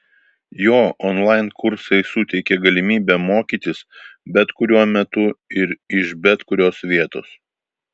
jo onlain kursai suteikė galimybę mokytis bet kuriuo metu ir iš bet kurios vietos